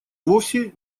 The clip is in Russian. вовсе